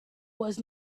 was